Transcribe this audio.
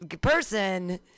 person